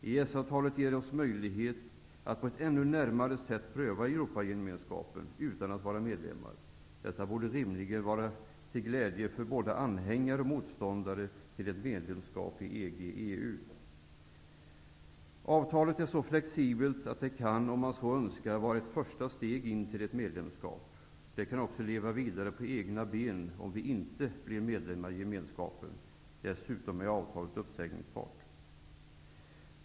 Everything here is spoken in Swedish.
EES-avtalet ger oss möjlighet att på ett ännu närmare sätt pröva Europagemenskapen utan att vi är medlemmar. Detta borde rimligen vara till glädje för både anhängare och motståndare till ett medlemskap i EG/EU. Avtalet är så flexibelt att det kan, om vi så önskar, vara ett första steg till ett medlemskap. Men det kan också leva vidare på ''egna ben'', om vi inte blir medlemmar i Gemenskapen. Dessutom är avtalet uppsägningsbart.